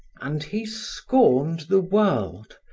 and he scorned the world,